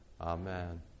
Amen